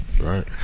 Right